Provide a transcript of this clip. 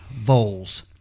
Voles